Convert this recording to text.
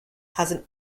has